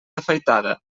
afaitada